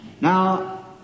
Now